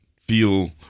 feel